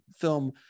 film